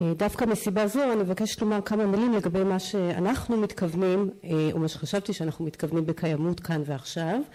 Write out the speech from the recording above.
דווקא מסיבה זו אני מבקשת לומר כמה מילים לגבי מה שאנחנו מתכוונים ומה שחשבתי שאנחנו מתכוונים בקיימות כאן ועכשיו